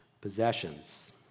possessions